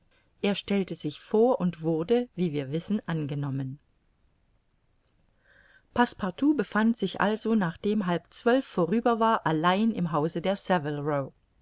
er stellte sich vor und wurde wie wir wissen angenommen passepartout befand sich also nachdem halb zwölf vorüber war allein im hause der